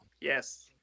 Yes